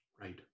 Right